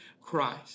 Christ